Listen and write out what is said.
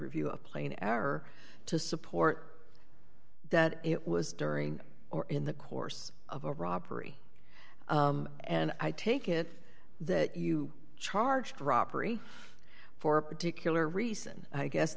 review a plain error to support that it was during or in the course of a robbery and i take it that you charged robbery for a particular reason i guess